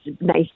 nice